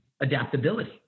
adaptability